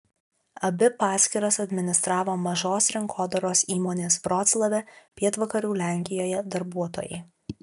abi paskyras administravo mažos rinkodaros įmonės vroclave pietvakarių lenkijoje darbuotojai